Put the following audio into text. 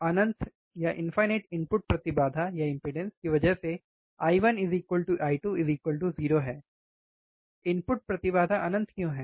अनंत input प्रतिबाधा की वजह से I1 I2 0 इनपुट प्रतिबाधा अनंत क्यों है